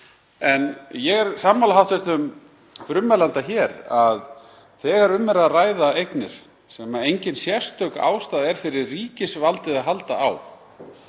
Ég er sammála hv. frummælanda að þegar um er að ræða eignir sem engin sérstök ástæða er fyrir ríkisvaldið að halda á